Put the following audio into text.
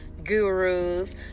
Gurus